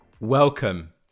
Welcome